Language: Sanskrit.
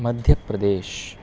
मध्यप्रदेशः